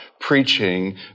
preaching